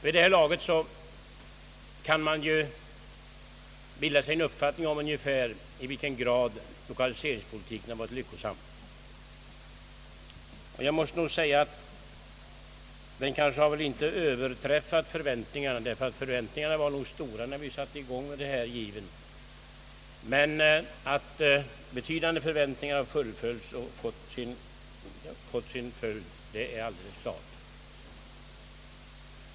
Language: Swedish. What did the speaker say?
Vid det hör laget kan vi bilda oss en ungefärlig uppfattning om i vilken grad den förda lokaliseringspolitiken har varit lyckosam. Den kanske inte har överträffat förväntningarna, ty de var nog stora när .vi startade denna giv, men att vissa betydande förväntningar slagit in, är dock alldeles klart.